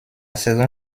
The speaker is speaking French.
saison